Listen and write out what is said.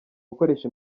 gukoresha